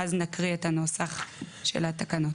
ואז נקריא את הנוסח של התקנות.